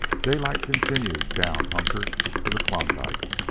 daylight continued down hunker to the klondike,